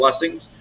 blessings